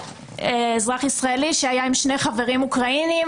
אזרח ישראלי שהיה עם שני חברים אוקראינים,